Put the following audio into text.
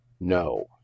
No